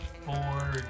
four